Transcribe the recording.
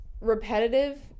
repetitive